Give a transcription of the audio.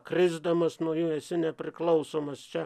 krisdamas nuo jų esi nepriklausomas čia